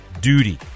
duty